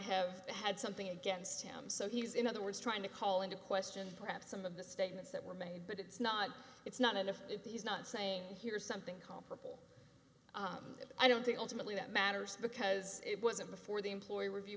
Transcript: have had something against him so he's in other words trying to call into question perhaps some of the statements that were made but it's not it's not if he's not saying here's something called i don't think ultimately that matters because it wasn't before the employee review